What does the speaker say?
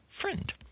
Friend